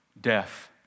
death